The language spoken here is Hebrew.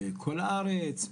בכל הארץ,